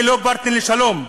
היא לא פרטנר לשלום.